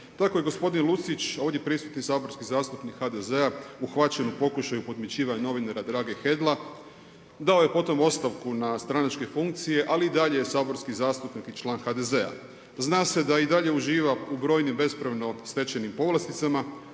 Tako je gospodin Lucić ovdje prisutni saborski zastupnik HDZ-a uhvaćen u pokušaju podmićivanja novinara Drage Hedla. Dao je potom ostavku na stranačke funkcije, ali i dalje je saborski zastupnik i član HDZ-a. Zna se da i dalje uživa u brojnim bespravno stečenim povlasticama,